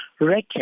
record